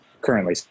currently